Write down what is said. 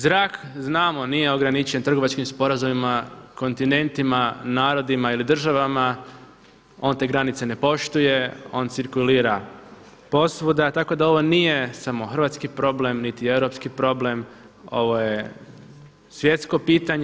Zrak znamo nije ograničen trgovačkim sporazumima, kontinentima, narodima ili državama, on te granice ne poštuje, on cirkulira posvuda, tako da ovo nije samo hrvatski problem niti europski problem, ovo je svjetsko pitanje.